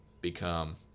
become